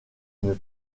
une